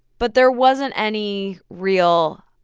but there wasn't any real,